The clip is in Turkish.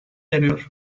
eriyor